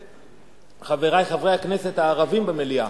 חברי חברי הכנסת הערבים במליאה,